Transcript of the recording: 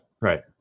right